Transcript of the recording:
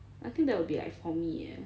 I think that will be like for me